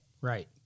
Right